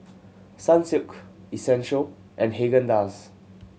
Sunsilk Essential and Haagen Dazs